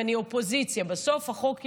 אני אופוזיציה, בסוף החוק יעבור,